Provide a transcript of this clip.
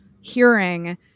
hearing